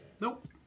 Nope